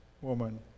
woman